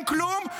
אין כלום,